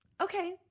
okay